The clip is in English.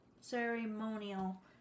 ceremonial